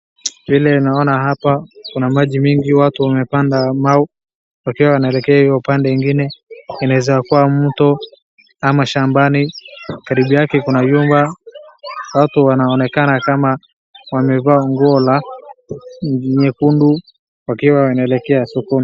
Vile naona hapa kuna maji mingi watu wamepanda mau, wakiwa wanaelekea hiyo upande ingine inaeza kuwa mto ama shambani, karibu yake kuna vyumba, watu wanaonkana kama wamevaa nguo nyekundu wakiwa wanaelekea sokoni.